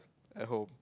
at home